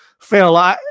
Phil